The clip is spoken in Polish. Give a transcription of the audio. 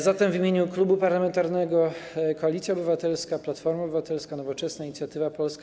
Zatem w imieniu Klubu Parlamentarnego Koalicja Obywatelska - Platforma Obywatelska, Nowoczesna, Inicjatywa Polska,